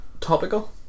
Topical